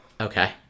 okay